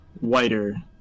whiter